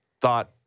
thought